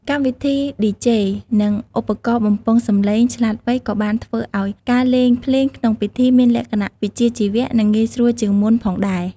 កម្មវិធីឌីជេ និងឧបករណ៍បំពងសម្លេងឆ្លាតវៃក៏បានធ្វើឱ្យការលេងភ្លេងក្នុងពិធីមានលក្ខណៈវិជ្ជាជីវៈ និងងាយស្រួលជាងមុនផងដែរ។